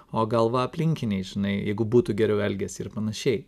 o gal va aplinkiniai žinai jeigu būtų geriau elgesį ir panašiai